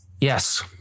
yes